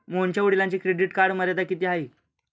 मोहनच्या वडिलांची credit card मर्यादा किती आहे?